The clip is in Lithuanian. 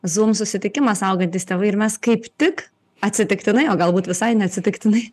zoom susitikimas augantys tėvai ir mes kaip tik atsitiktinai o galbūt visai neatsitiktinai